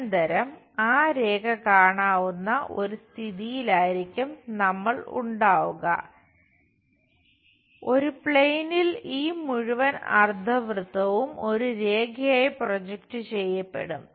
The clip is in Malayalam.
അനന്തരം ആ രേഖ കാണാവുന്ന ഒരു സ്ഥിതിയിലായിരിക്കും നമ്മൾ ഉണ്ടാവുക ഒരു പ്ലെയിനിൽ ചെയ്യപ്പെടും